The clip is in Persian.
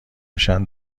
میشن